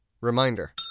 Reminder